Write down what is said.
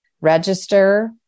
register